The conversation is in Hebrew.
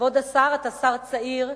כבוד השר, אתה שר צעיר,